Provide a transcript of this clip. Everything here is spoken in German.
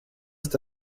ist